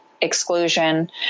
Exclusion